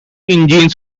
engines